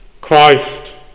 Christ